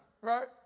Right